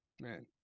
man